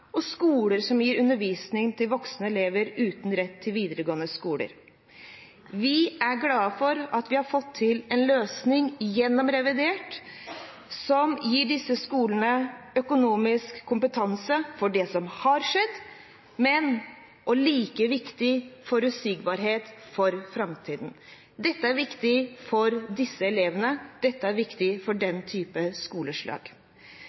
og skoler som gir undervisning til voksne elever uten rett til videregående skole. Vi er glade for at vi har fått til en løsning gjennom revidert som gir disse skolene økonomisk kompetanse for det som har skjedd, og – like viktig – forutsigbarhet for framtiden. Dette er viktig for disse elevene, dette er viktig for den